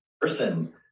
person